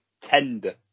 tender